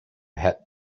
het